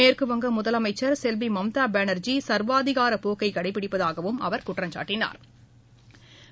மேற்குவங்க முதலமைச்சா் செல்வி மம்தா பானா்ஜி சா்வாதிகார போக்கை கடைபிடிப்பதாகவும் அவா் குற்றம்சாட்டினா்